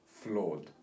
flawed